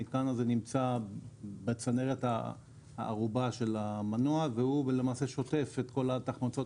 המתקן הזה נמצא בצנרת הארובה של המנוע והוא שוטף את כל תחמוצות